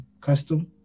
custom